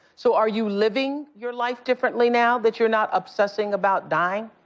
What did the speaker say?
so, are you living your life differently now that you're not obsessing about dying?